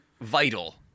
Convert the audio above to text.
vital